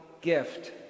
gift